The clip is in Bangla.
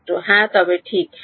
ছাত্র হ্যাঁ তবে ঠিক